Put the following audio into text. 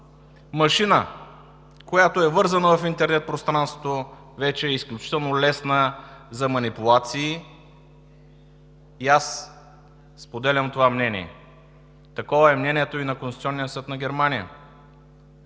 Машина, която е вързана в интернет пространството, вече е изключително лесна за манипулации и аз споделям това мнение. Такова е мнението и на Конституционния съд на Германия,